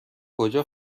کجا